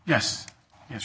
yes yes